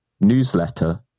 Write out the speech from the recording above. newsletter